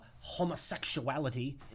homosexuality